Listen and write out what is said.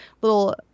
little